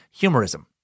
humorism